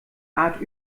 art